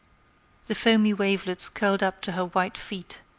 the foamy wavelets curled up to her white feet,